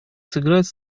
сыграть